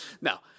now